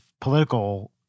political